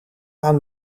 aan